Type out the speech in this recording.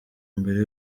mbere